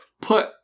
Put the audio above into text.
put